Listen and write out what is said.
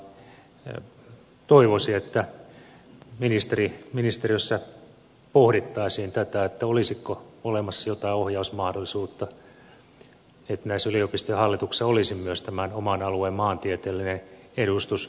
toivoisi että ministeriössä pohdittaisiin tätä olisiko olemassa jotain ohjausmahdollisuutta että näissä yliopistojen hallituksissa olisi myös tämän oman alueen maantieteellinen edustus